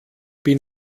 bin